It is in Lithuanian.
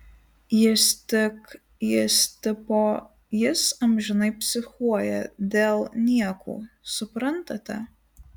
jis tik jis tipo jis amžinai psichuoja dėl niekų suprantate